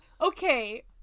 Okay